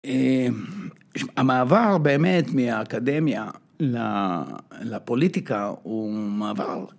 המעבר באמת מהאקדמיה לפוליטיקה הוא מעבר.